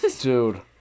Dude